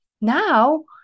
Now